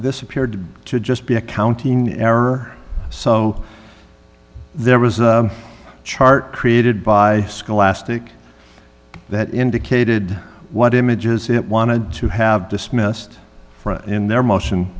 this appeared to just be accounting error so there was a chart created by scholastic that indicated what images it wanted to have dismissed in their motion